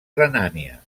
renània